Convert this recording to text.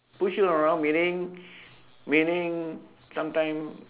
push you around meaning meaning sometime